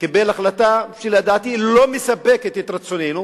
קיבל החלטה, שלדעתי לא מספקת את רצוננו,